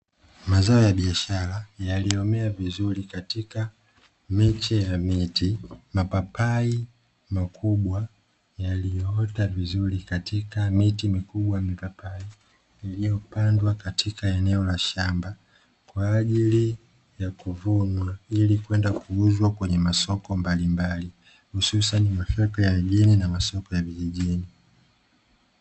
Mazao ya biashara yaliyomea vizuri katika miche ya miti. Mapapai makubwa yaliyoota vizuri katika miti mikubwa ya mipapai iliyopandwa katika eneo la shamba kwa ajili ya kuvunwa, ili kwenda kuuzwa kwenye masoko mbalimbali hususan masoko ya mjini na masoko ya vijijini